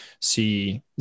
see